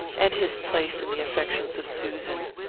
and his place in the affections of susan.